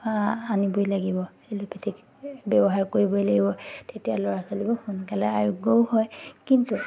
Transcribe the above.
আনিবই লাগিব এল'পেথিক ব্যৱহাৰ কৰিবই লাগিব তেতিয়া ল'ৰা ছোৱালীবোৰ সোনকালে আৰোগ্যও হয় কিন্তু